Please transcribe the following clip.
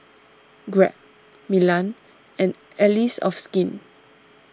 Grab Milan and Allies of Skin